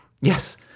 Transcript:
Yes